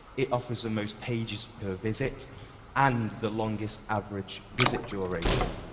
it offers the most pages per visit and the longest average visit duration.